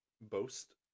boast